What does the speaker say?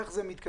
איך זה מתקדם?